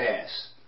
pass